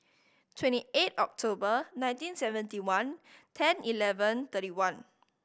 twenty eight October nineteen seventy one ten eleven thirty one